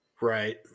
Right